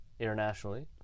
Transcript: internationally